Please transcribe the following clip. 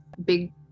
big